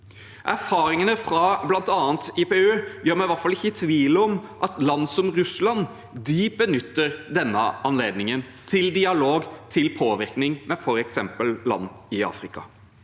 Erfaringene fra bl.a. IPU gjør meg i hvert fall ikke i tvil om at land som Russland benytter denne anledningen til dialog, til påvirkning, med f.eks. land i Afrika.